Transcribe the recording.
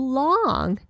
long